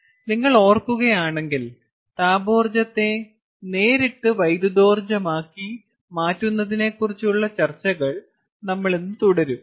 അതിനാൽ നിങ്ങൾ ഓർക്കുകയാണെങ്കിൽ താപോർജ്ജത്തെ നേരിട്ട് വൈദ്യുതോർജ്ജമാക്കി മാറ്റുന്നതിനെക്കുറിച്ചുള്ള ചർച്ചകൾ നമ്മൾ ഇന്ന് തുടരും